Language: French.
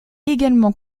également